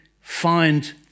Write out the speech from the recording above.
find